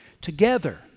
together